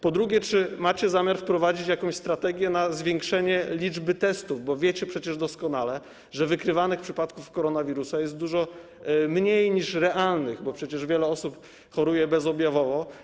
Po drugie, czy macie zamiar wprowadzić jakąś strategię w celu zwiększenia liczby testów, bo wiecie przecież doskonale, że wykrywanych przypadków zakażenia koronawirusem jest dużo mniej niż realnych przypadków, bo przecież wiele osób choruje bezobjawowo?